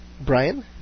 Brian